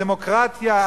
הדמוקרטיה,